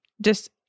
Just-